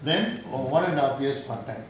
then one and a half years part time